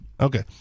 okay